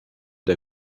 der